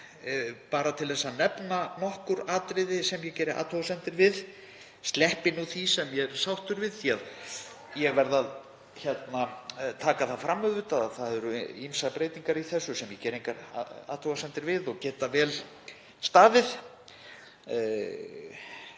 Bara til að nefna nokkur atriði sem ég geri athugasemdir við, sleppi nú því sem ég er sáttur við. Ég verð að taka það fram að það eru ýmsar breytingar í þessu sem ég geri engar athugasemdir við og geta vel staðið,